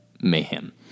mayhem